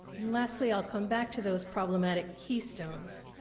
and lastly, i'll come back to those problematic keystones.